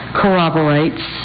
corroborates